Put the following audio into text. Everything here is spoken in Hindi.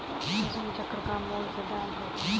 फसल चक्र का मूल सिद्धांत बताएँ?